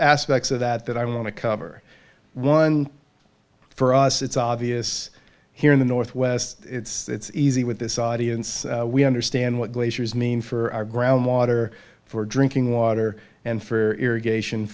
aspects of that that i want to cover one for us it's obvious here in the northwest it's easy with this audience we understand what glaciers mean for our ground water for drinking water and for irrigation